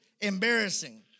embarrassing